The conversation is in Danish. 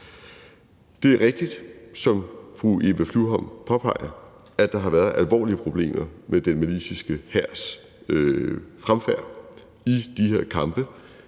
Det er rigtigt, som fru Eva Flyvholm påpeger, at der har været alvorlige problemer med den maliske hærs fremfærd i de her kampe.